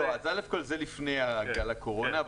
ראשית, זה לפני גל הקורונה.